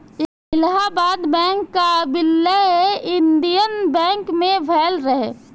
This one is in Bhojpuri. इलाहबाद बैंक कअ विलय इंडियन बैंक मे भयल रहे